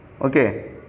okay